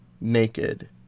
naked